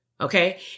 okay